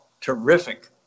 terrific